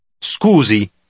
scusi